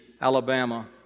Alabama